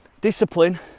Discipline